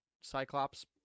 Cyclops